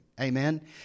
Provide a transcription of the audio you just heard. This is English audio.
amen